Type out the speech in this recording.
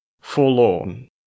forlorn